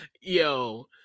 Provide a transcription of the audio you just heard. Yo